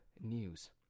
News